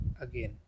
again